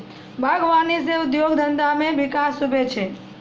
बागवानी से उद्योग धंधा मे बिकास हुवै छै